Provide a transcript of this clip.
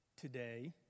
today